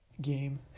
game